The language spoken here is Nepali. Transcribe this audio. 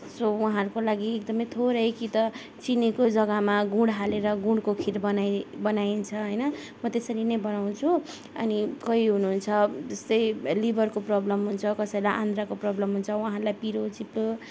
सो उहाँहरूको लागि एकदमै थोरै कि त चिनीको जग्गामा गुड हालेर गुडको खिर बनाइ बनाइन्छ होइन म त्यसरी नै बनाउँछु अनि कोही हुनुहुन्छ जस्तै लिबरको प्रोब्लम हुन्छ कसैलाई आन्द्राको प्रोब्लम हुन्छ वहाँहरूलाई पिरो चिप्लो